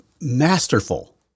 masterful